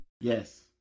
Yes